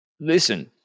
Listen